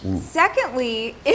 Secondly